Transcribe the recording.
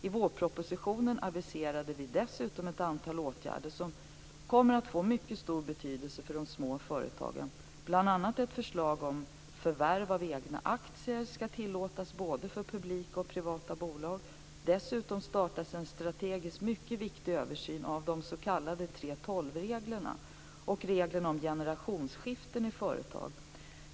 I vårpropositionen aviserade regeringen dessutom ett antal åtgärder som kommer att få mycket stor betydelse för de små företagen, bl.a. ett förslag om att förvärv av egna aktier skall tillåtas för både publika och privata bolag. Dessutom startas en strategiskt mycket viktig översyn av de s.k. 3:12-reglerna och reglerna om generationsskiften i företag.